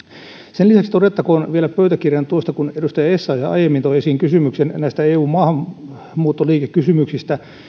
sen lisäksi todettakoon vielä pöytäkirjaan tuosta kun edustaja essayah aiemmin toi esiin kysymyksen näistä eun maahanmuuttoliikekysymyksistä